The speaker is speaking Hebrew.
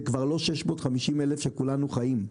זה כבר לא 650 אלף שכולנו חושבים.